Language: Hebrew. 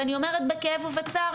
אני אומרת בכאב ובצער,